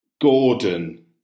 Gordon